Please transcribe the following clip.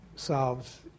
solves